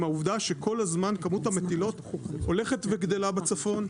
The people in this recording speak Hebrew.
העובדה שכל הזמן כמות המטילות הולכת וגדלה בצפון,